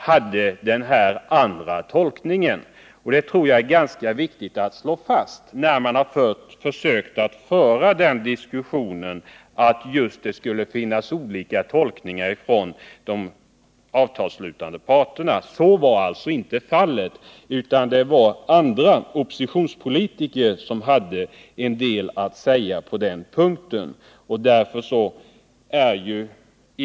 Jag tror att det är ganska viktigt att slå fast detta, eftersom man har försökt göra gällande att de avtalsslutande parterna skulle ha olika tolkningar. Så var alltså inte fallet, utan det var oppositionspolitiker som hade en del att säga på den här punkten.